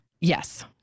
Yes